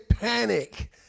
Panic